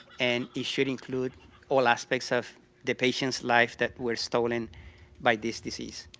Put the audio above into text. and it should include all aspects of the patient's life that were stolen by this disease.